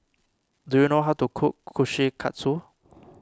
do you know how to cook Kushikatsu